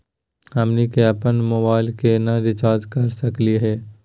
हमनी के अपन मोबाइल के केना रिचार्ज कर सकली हे?